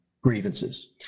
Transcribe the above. grievances